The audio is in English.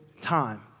time